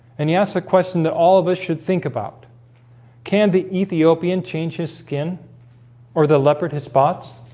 and he asks a question that all of us should think about can the ethiopian change his skin or the leopard his spots?